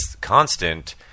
constant –